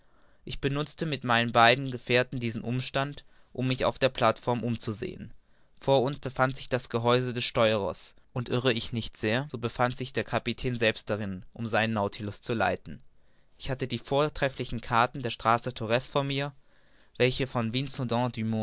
ich benutzte mit meinen beiden gefährten diesen umstand um auf der plateform mich umzusehen vor uns befand sich das gehäuse des steuerers und irre ich nicht sehr so befand sich der kapitän selbst darinnen seinen nautilus zu leiten ich hatte die vortrefflichen karten der straße torres vor mir welche von